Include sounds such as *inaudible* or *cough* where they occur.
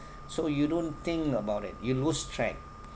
so you don't think about it you lose track *noise*